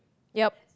yup